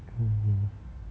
mm